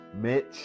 Mitch